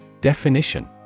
Definition